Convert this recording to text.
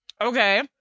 Okay